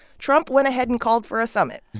trump went ahead and called for a summit.